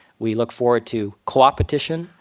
we look forward to coopetition,